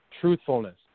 truthfulness